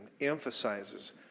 emphasizes